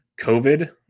COVID